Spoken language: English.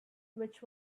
which